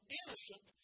innocent